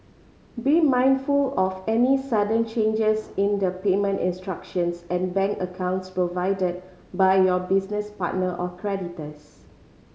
be mindful of any sudden changes in the payment instructions and bank accounts provided by your business partner or creditors